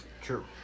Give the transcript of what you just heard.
True